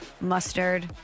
mustard